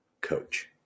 coach